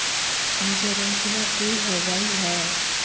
इंसोरेंसबा की होंबई हय?